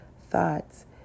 thoughts